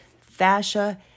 Fascia